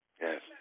Yes